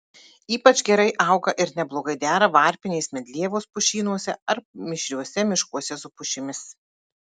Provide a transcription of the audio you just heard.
ypač gerai auga ir neblogai dera varpinės medlievos pušynuose ar mišriuose miškuose su pušimis